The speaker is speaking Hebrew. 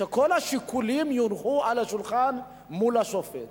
שכל השיקולים יונחו על השולחן מול השופט.